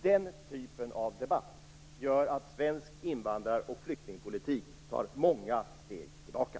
Den typen av debatt gör att svensk invandrar och flyktingpolitik tar många steg tillbaka.